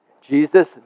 Jesus